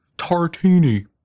Tartini